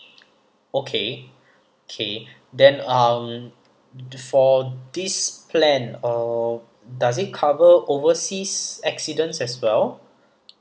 okay okay then um for this plan uh does it cover overseas accidents as well